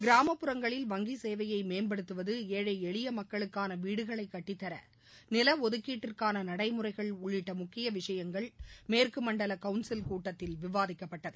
கிராமப்புறங்களில் வங்கி சேவையை மேம்படுத்துவது ஏழை எளிய மக்களுக்கான வீடுகளை கட்டித்தர நில ஒதுக்கீட்டிற்காள நடைமுறைகள் உள்ளிட்ட முக்கிய விஷயங்கள் மேற்கு மண்டல கவுன்சில் கூட்டத்தில் விவாதிக்கப்பட்டது